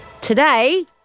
Today